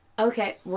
Okay